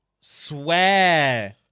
Swear